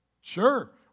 Sure